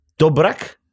Dobrak